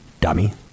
dummy